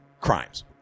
crimes